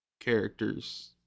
characters